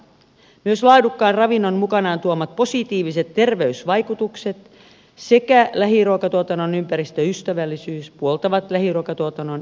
myös laadukkaan ravinnon mukanaan tuomat positiiviset terveysvaikutukset sekä lähiruokatuotannon ympäristöystävällisyys puoltavat lähiruokatuotannon edistämistä